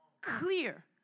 Clear